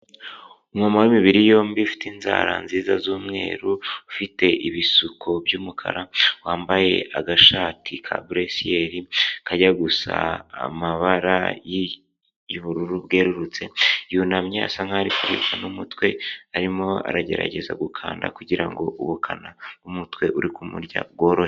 Umuma w'imibiri yombi ufite inzara nziza z'umweru, ufite ibisuko by'umukara, wambaye agashati ka buresiyeri, kajya gusa amabara y'ubururu bwerurutse, yunamye asa nkaho ari kuribwa n'umutwe, arimo aragerageza gukanda kugirango ubukana bw'umutwe uri kumurya bworohe.